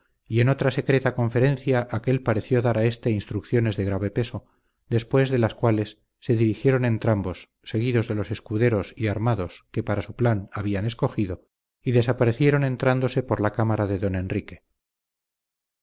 y en otra secreta conferencia aquél pareció dar a éste instrucciones de grave peso después de las cuales se dirigieron entrambos seguidos de los escuderos y armados que para su plan habían escogido y desaparecieron entrándose por la cámara de don enrique